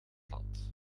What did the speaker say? land